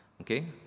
Okay